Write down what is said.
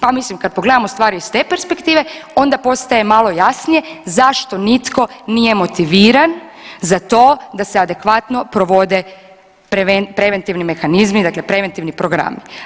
Pa mislim kad pogledamo stvari iz te perspektive, onda postaje malo jasnije zašto nitko nije motiviran za to da se adekvatno provode preventivni mehanizmi, dakle preventivni programi.